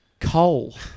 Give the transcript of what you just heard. Coal